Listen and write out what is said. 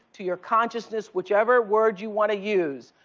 to your consciousness, whichever word you want to use.